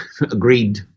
agreed